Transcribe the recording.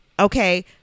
Okay